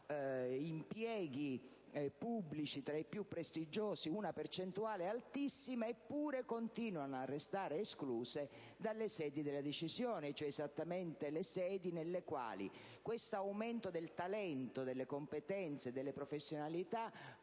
impieghi pubblici tra i più prestigiosi, una percentuale altissima; dall'altro, continuano a restare escluse dalle sedi delle decisioni, cioè esattamente quelle nelle quali questo aumento del talento, delle competenze, delle professionalità